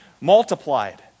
multiplied